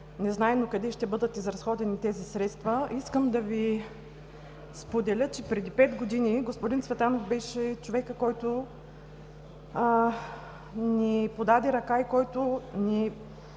незнайно къде ще бъдат изразходени тези средства, искам да Ви споделя, че преди пет години господин Цветанов беше човекът, който ни подаде ръка и ни